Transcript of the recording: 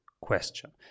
question